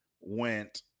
went